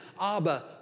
Abba